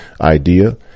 idea